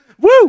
Woo